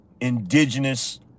Indigenous